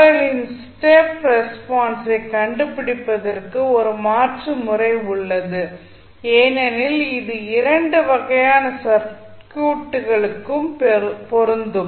L இன் step ரெஸ்பான்ஸை கண்டுபிடிப்பதற்கு ஒரு மாற்று முறை உள்ளது ஏனெனில் இது இரண்டு வகையான சர்க்யூட்டுகளுக்கும் பொருந்தும்